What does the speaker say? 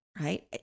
right